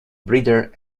breeder